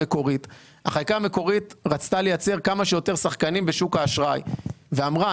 החקיקה המקורית רצתה לייצר כמה שיותר שחקנים בשוק האשראי ואמרה